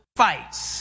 fights